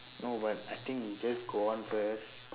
no but I think you just go on first